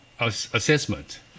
assessment